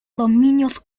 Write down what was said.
dominios